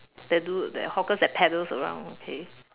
that do that hawkers that peddles around okay